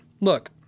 Look